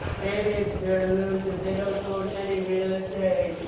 babies, they're losers. they don't own any real estate.